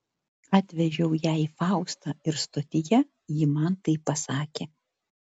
atvežiau jai faustą ir stotyje ji man tai pasakė